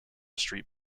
street